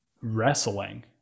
wrestling